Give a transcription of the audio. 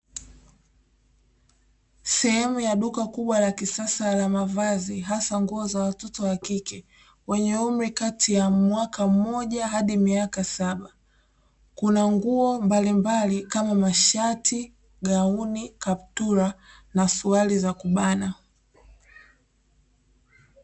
Sehemu ya duka kubwa la kisasa la mavazi hasa watoto wadogo wakike wenye umri kati ya mwaka mmoja hadi miaka saba kuna nguo mbalimbali kama mashati, gauni, kaputula na suruali za kubana.